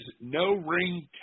no-ring